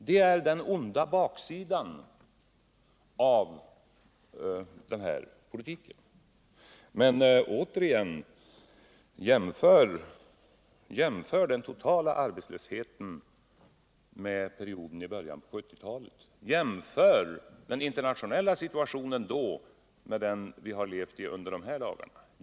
Det är alltså den onda baksidan av denna politik. Men återigen: Jämför den totala arbetslösheten nu med den vi hade i början av 1970-talet. Jämför den internationella situationen då med den nuvarande situationen.